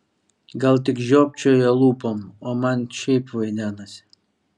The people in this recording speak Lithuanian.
gal tik žiopčioja lūpom o man šiaip vaidenasi